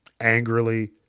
angrily